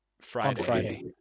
Friday